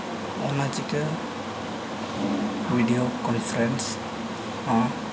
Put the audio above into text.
ᱚᱱᱟ ᱪᱤᱠᱟᱹ video conference ᱦᱚᱸ